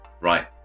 Right